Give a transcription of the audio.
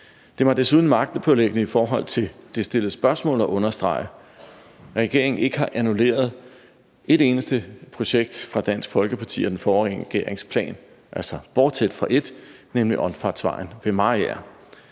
er mig desuden magtpåliggende i forhold til det stillede spørgsmål at understrege, at regeringen ikke har annulleret et eneste projekt fra Dansk Folkeparti og den forrige regerings plan, altså bortset fra et, nemlig omfartsvejen ved Mariager.